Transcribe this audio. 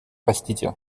простите